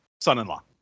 Son-in-law